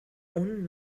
اون